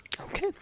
Okay